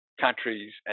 countries